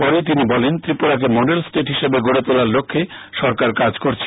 পরে তিনি বলেন ত্রিপুরাকে মডেল স্টেট হিসাবে গডে তোলার লক্ষ্যে সরকার কাজ করছে